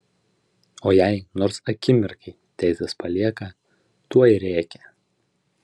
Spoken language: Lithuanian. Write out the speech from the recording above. o jei nors akimirkai tėtis palieka tuoj rėkia